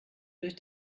durch